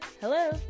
hello